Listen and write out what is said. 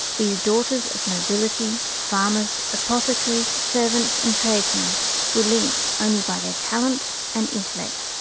these daughters of nobility, farmers, apothecaries, servants and tradesmen were linked only by their talent and intellect,